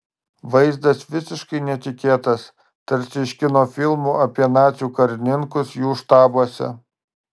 vaizdas visiškai netikėtas tarsi iš kino filmų apie nacių karininkus jų štabuose